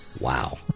Wow